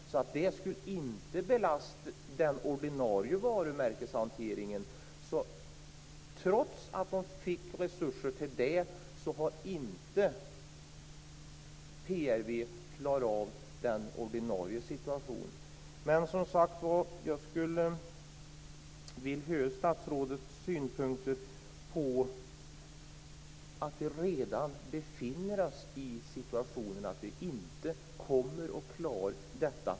Det skulle inte belasta den ordinarie varumärkeshanteringen. Trots att de fick resurser till det har PRV inte klarat av den ordinarie situationen. Jag skulle vilja höra statsrådets synpunkter på att vi redan har en situation där vi inte kommer att klara av detta.